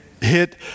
hit